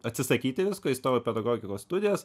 atsisakyti visko įstojau į pedagogikos studijas